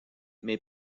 mais